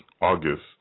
August